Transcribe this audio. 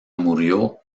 murió